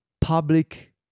public